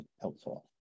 helpful